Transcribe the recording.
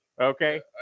Okay